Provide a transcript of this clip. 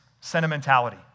sentimentality